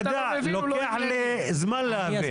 מתחיל הדיון שקרן ברק באה להראות,